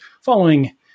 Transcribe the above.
following